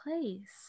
place